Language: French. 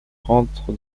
rentre